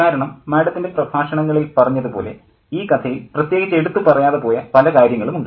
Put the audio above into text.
കാരണം മാഡത്തിൻ്റെ പ്രഭാഷണങ്ങളിൽ പറഞ്ഞതുപോലെ ഈ കഥയിൽ പ്രത്യേകിച്ച് എടുത്തു പറയാതെ പോയ പല കാര്യങ്ങളുമുണ്ട്